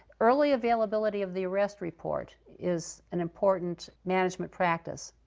early availability of the arrest report is an important management practice.